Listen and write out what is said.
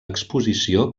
exposició